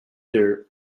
their